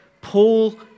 Paul